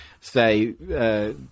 say